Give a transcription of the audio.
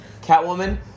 Catwoman